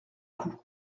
coup